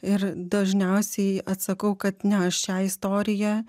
ir dažniausiai atsakau kad ne aš šią istoriją